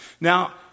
Now